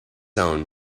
own